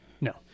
No